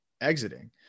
exiting